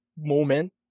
moment